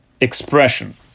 expression